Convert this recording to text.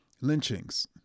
lynchings